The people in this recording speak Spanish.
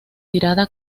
tirada